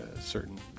certain